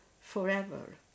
forever